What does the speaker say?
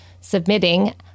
submitting